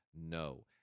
No